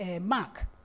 mark